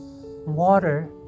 water